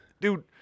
dude